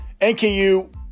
NKU